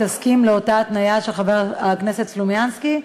תסכים לאותה התניה של חבר הכנסת סלומינסקי,